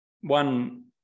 One